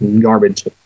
garbage